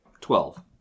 Twelve